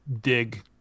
dig